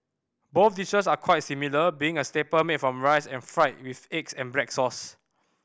both dishes are quite similar being a staple made from rice and fried with eggs and black sauce